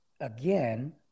again